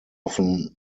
often